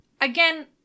Again